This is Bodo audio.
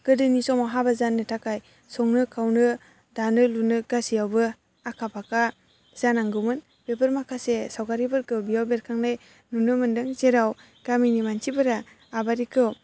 गोदोनि समाव हाबा जानो थाखाय संनो खावनो दानो लुनो गासैयावबो आखा फाखा जानांगौमोन बेफोर माखासे सावगारिफोरखौ बेयाव बेरखांनाय नुनो मोनदों जेराव गामिनि मानसिफोरा आबारिखौ